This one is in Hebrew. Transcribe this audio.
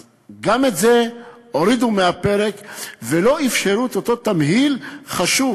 אז גם את זה הורידו מהפרק ולא אפשרו את אותו תמהיל חשוב.